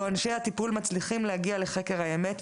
בו אנשי הטיפול מצליחים להגיע לחקר האמת,